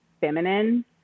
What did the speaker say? feminine